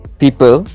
people